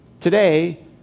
Today